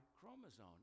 chromosome